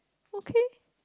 okay